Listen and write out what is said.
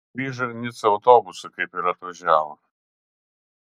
grįžo į nicą autobusu kaip ir atvažiavo